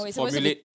formulate